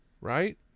right